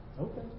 Okay